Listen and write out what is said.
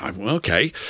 Okay